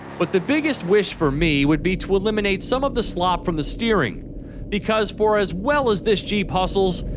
but the biggest wish for me would be to eliminate some of the slop from the steering because for as well as this jeep hustles,